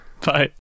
Bye